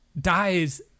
dies